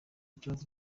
ikibazo